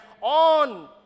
on